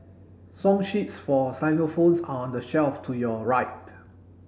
song sheets for xylophones are on the shelf to your right